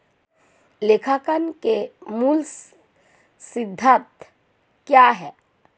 लेखांकन के मूल सिद्धांत क्या हैं?